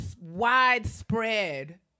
widespread